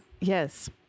yes